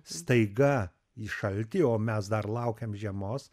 staiga į šaltį o mes dar laukiam žiemos